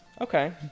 Okay